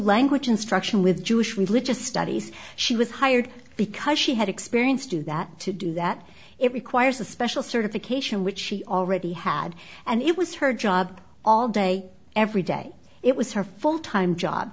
language instruction with jewish religious studies she was hired because she had experience to that to do that it requires a special certification which she already had and it was her job all day every day it was her full time job